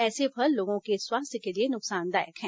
ऐसे फल लोगों के स्वास्थ्य के लिए नुकसानदायक हैं